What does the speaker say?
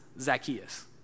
Zacchaeus